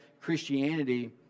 Christianity